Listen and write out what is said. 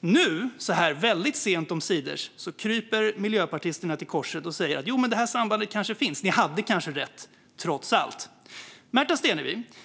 Nu, så här väldigt sent omsider, kryper miljöpartisterna till korset och säger: Jo, det här sambandet kanske finns - ni hade kanske rätt, trots allt.